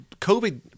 COVID